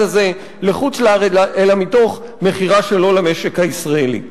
הזה לחוץ-לארץ אלא מתוך מכירה שלו למשק הישראלי.